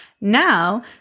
now